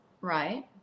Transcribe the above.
Right